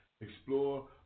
Explore